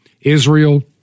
Israel